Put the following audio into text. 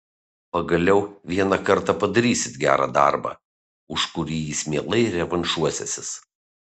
pagaliau vieną kartą padarysit gerą darbą už kurį jis mielai revanšuosiąsis